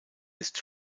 ist